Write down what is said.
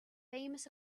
famous